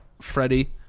Freddie